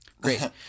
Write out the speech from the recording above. great